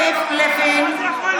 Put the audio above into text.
לוין,